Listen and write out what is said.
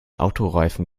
autoreifen